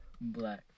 Black